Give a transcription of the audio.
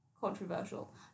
controversial